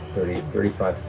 thirty five,